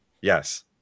Yes